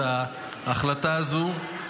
את ההחלטה הזאת.